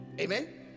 amen